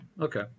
Okay